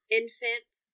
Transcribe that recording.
infants